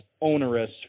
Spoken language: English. onerous